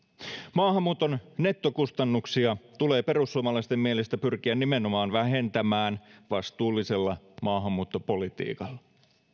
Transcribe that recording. maahanmuuton nettokustannuksia tulee perussuomalaisten mielestä pyrkiä nimenomaan vähentämään vastuullisella maahanmuuttopolitiikalla